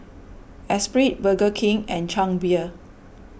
Espirit Burger King and Chang Beer